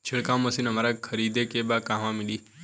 छिरकाव मशिन हमरा खरीदे के बा कहवा मिली?